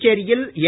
புதுச்சேரியில் ஏ